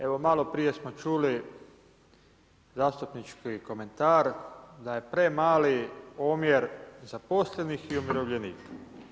Evo, maloprije smo čuli zastupnički komentar da je premali omjer zaposlenih i umirovljenika.